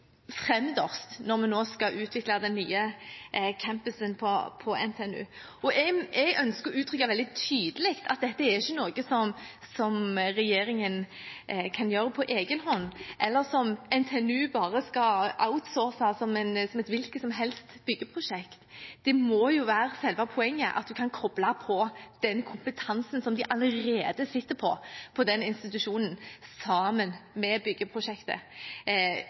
fremst når vi nå skal utvikle den nye campusen på NTNU. Jeg ønsker å uttrykke veldig tydelig at dette er ikke noe som regjeringen kan gjøre på egen hånd, eller som NTNU bare skal outsource som et hvilket som helst byggeprosjekt. Det må være selve poenget at en kan koble den kompetansen som denne institusjonen allerede sitter på, til byggeprosjektet, både fordi vi da oppnår bærekraftige, framtidsrettede og miljøvennlige løsninger, og fordi den